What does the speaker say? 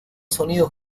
sonidos